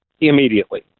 immediately